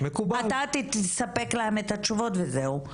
אתה תספק להם את התשובות וזהו.